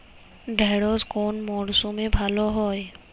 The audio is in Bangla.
ঢেঁড়শ কোন মরশুমে ভালো হয়?